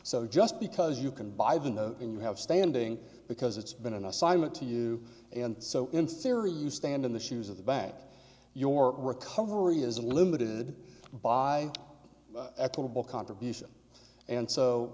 so just because you can buy the end you have standing because it's been an assignment to you and so in theory you stand in the shoes of the bad your recovery is a limited by equitable contribution and so